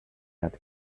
had